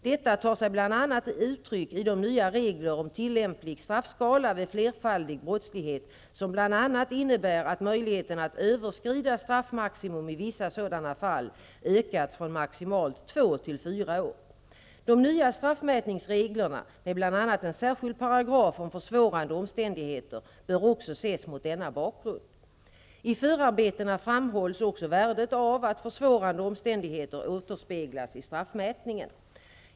Detta tar sig bl.a. uttryck i de nya reglerna om tillämplig straffskala vid flerfaldig brottslighet som bl.a. innebär att möjligheten att överskrida straffmaximum i vissa sådana fall ökats från maximalt två år till fyra år. De nya straffmätningsreglerna, med bl.a. en särskild paragraf om försvårande omständigheter, bör också ses mot den bakgrunden. I förarbetena framhålls också värdet av att försvårande omständigheter återspeglas i straffmätningen.